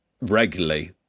regularly